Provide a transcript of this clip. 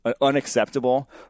unacceptable